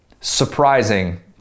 Surprising